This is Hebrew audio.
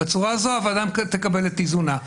בצורה הזאת הוועדה תקבל את איזונה.